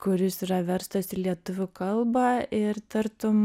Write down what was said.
kuris yra verstas į lietuvių kalbą ir tartum